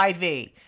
IV